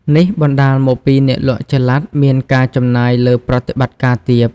នេះបណ្តាលមកពីអ្នកលក់ចល័តមានការចំណាយលើប្រតិបត្តិការទាប។